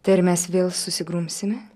tai ar mes vėl susigrumsime